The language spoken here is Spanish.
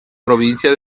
provincia